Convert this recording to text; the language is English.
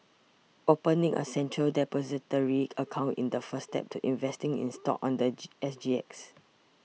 opening a Central Depository account in the first step to investing in stocks on the S G X